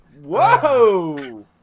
Whoa